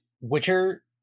Witcher